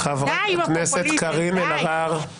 חברת הכנסת קארין אלהרר, תודה.